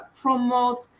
promote